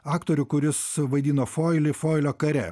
aktorių kuris vaidino foilį foilio kare